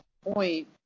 point